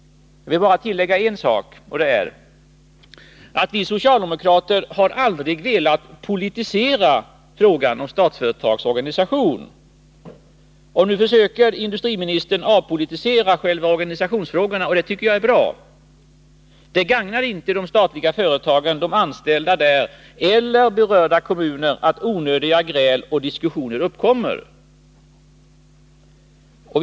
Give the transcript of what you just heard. Jag vill bara tillägga en sak: Vi socialdemokrater har aldrig velat politisera frågan om Statsföretags organisation. Nu försöker industriministern avpolitisera själva organisationsfrågorna. Och det tycker jag är bra. Det gagnar inte de statliga företagen, de anställda där eller berörda kommuner att onödiga gräl och diskussioner uppkommer.